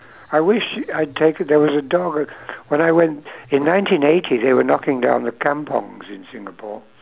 I wish you I take it there was a dog at when I went in nineteen eighty they were knocking down the kampungs in singapore